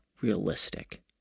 realistic